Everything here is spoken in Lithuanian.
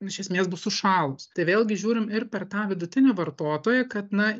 iš esmės bus sušalus tai vėlgi žiūrim ir per tą vidutinį vartotoją kad na